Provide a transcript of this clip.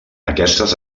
aquestes